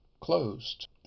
closed